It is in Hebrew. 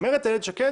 אומרת איילת שקד